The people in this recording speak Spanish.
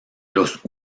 los